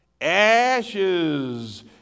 Ashes